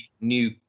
new